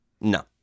No